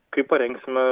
kai parengsime